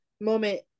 moment